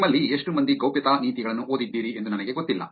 ನಿಮ್ಮಲ್ಲಿ ಎಷ್ಟು ಮಂದಿ ಗೌಪ್ಯತಾ ನೀತಿಗಳನ್ನು ಓದಿದ್ದೀರಿ ಎಂದು ನನಗೆ ಗೊತ್ತಿಲ್ಲ